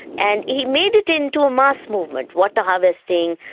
and he made it into a mass movement, water harvesting,